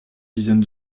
dizaines